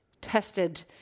tested